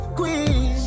queen